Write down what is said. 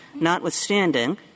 notwithstanding